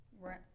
Right